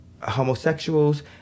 homosexuals